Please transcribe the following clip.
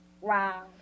Wow